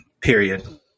Period